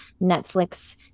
Netflix